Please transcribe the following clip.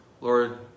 Lord